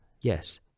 Yes